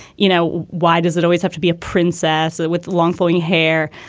you know, why does it always have to be a princess with long flowing hair?